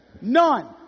None